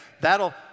That'll